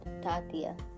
Tatia